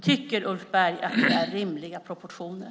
Tycker Ulf Berg att det är rimliga proportioner?